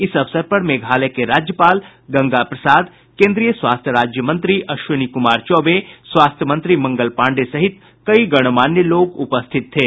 इस अवसर पर मेघालय के राज्यपाल गंगा प्रसाद केन्द्रीय स्वास्थ्य राज्य मंत्री अश्विनी कुमार चौबे स्वास्थ्य मंत्री मंगल पांडेय सहित कई गणमान्य लोग उपस्थित थे